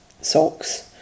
socks